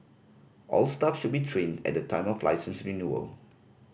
all staff should be trained at the time of licence renewal